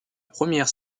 première